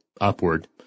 upward